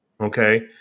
Okay